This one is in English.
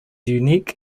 unique